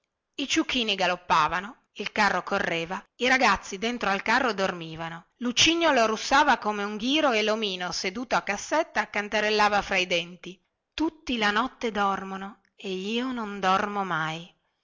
i ciuchini galoppavano il carro correva i ragazzi dentro al carro dormivano lucignolo russava come un ghiro e lomino seduto a cassetta canterellava fra i denti tutti la notte dormono e io non dormo mai